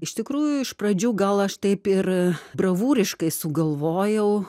iš tikrųjų iš pradžių gal aš taip ir bravūriškai sugalvojau